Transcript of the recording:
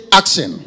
action